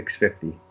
650